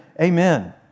Amen